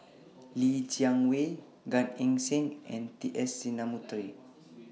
Li Jiawei Gan Eng Seng and T S Sinnathuray